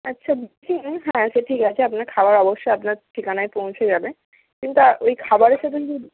আচ্ছা হ্যাঁ সে ঠিক আছে আপনার খাবার অবশ্যই আপনার ঠিকানায় পৌঁছে যাবে কিন্তু ওই খাবারের সাথে কি